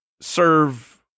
serve